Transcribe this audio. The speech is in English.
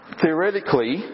Theoretically